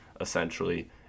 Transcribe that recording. essentially